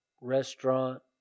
restaurant